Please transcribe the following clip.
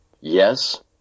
Yes